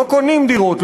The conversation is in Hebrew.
לא קונים דירות,